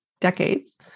decades